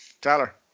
Tyler